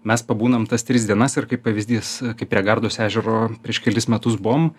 mes pabūnam tas tris dienas ir kaip pavyzdys kaip prie gardos ežero prieš kelis metus buvom